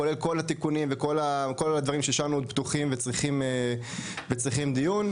כולל כל התיקונים וכל הדברים שהשארנו עוד פתוחים וצריכים דיון,